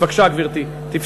הנה בוז'י.